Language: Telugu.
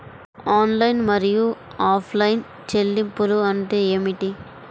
ఆన్లైన్ మరియు ఆఫ్లైన్ చెల్లింపులు అంటే ఏమిటి?